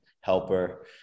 helper